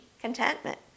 contentment